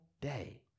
day